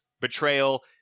betrayal